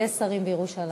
שרים למרותו.